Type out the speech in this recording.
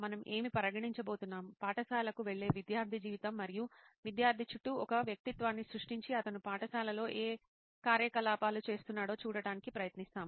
మనం ఏమి పరిగణించబోతున్నాం పాఠశాలకు వెళ్లే విద్యార్థి జీవితం మరియు విద్యార్థి చుట్టూ ఒక వ్యక్తిత్వాన్ని సృష్టించి అతను పాఠశాలలో ఏ కార్యకలాపాలు చేస్తున్నాడో చూడటానికి ప్రయత్నిస్తాము